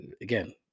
Again